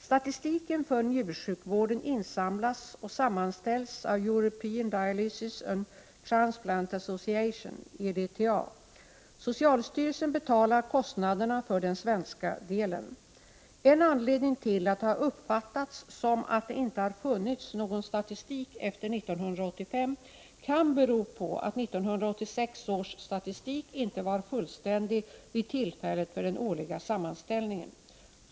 Statistiken för njursjukvården insamlas och sammanställs av European Dialysis and Transplant Association, EDTA. Socialstyrelsen betalar kostnaderna för den svenska delen. En anledning till att det har uppfattats som att det inte har funnits någon statistik efter 1985 kan vara att 1986 års statistik inte var fullständig vid tillfället för den årliga sammanställningen.